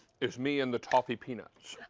is me and the toffee peanuts.